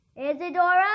Isadora